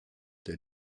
der